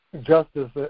justice